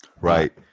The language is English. Right